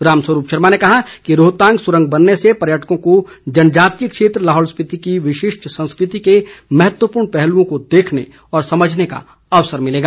रामस्वरूप शर्मा ने कहा है कि रोहंताग सुरंग बनने से पर्यटकों को जनजातीय क्षेत्र लाहौल स्पीति की विशिष्ट संस्कृति के महत्वपूर्ण पहलुओं को देखने व समझने का अवसर मिलेगा